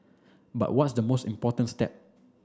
but what's the most important step